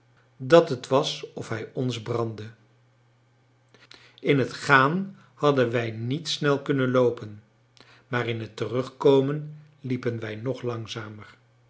dat het was of hij ons brandde in het gaan hadden wij niet snel kunnen loopen maar in het terugkomen liepen wij nog langzamer